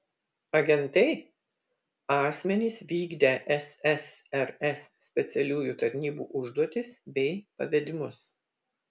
agentai asmenys vykdę ssrs specialiųjų tarnybų užduotis bei pavedimus